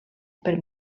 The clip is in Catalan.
per